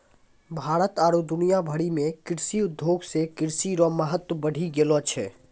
भारत आरु दुनिया भरि मे कृषि उद्योग से कृषि रो महत्व बढ़ी गेलो छै